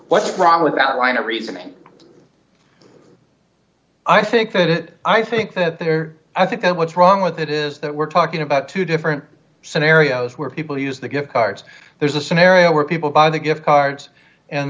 what's wrong with that line of reasoning i think that i think that there i think that what's wrong with it is that we're talking about two different scenarios where people use the gift cards there's a scenario where people buy the gift cards and